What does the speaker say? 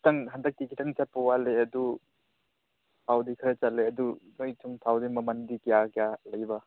ꯈꯤꯇꯪ ꯍꯟꯗꯛꯇꯤ ꯈꯤꯇꯪ ꯆꯠꯄ ꯋꯥꯠꯂꯦ ꯑꯗꯨ ꯊꯥꯎꯗꯤ ꯈꯔ ꯆꯠꯂꯦ ꯑꯗꯨ ꯅꯣꯏ ꯊꯨꯝ ꯊꯥꯎꯗꯤ ꯃꯃꯜꯗꯤ ꯀꯌꯥ ꯀꯌꯥ ꯂꯩꯕ